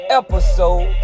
episode